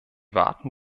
warten